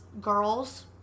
girls